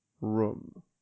room